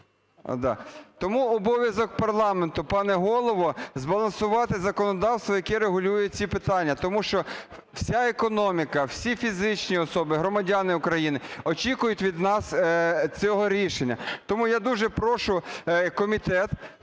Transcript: Тому обов'язок парламенту, пане Голово, збалансувати законодавство, яке регулює ці питання, тому що вся економіка, всі фізичні особи, громадяни України очікують від нас цього рішення. Тому я дуже прошу комітет,